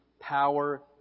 Power